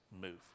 move